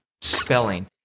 spelling